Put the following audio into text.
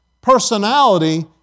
personality